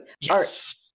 Yes